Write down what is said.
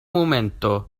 momento